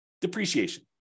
depreciation